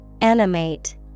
Animate